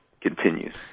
continues